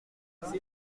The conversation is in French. quatre